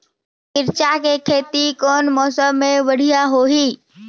मिरचा के खेती कौन मौसम मे बढ़िया होही?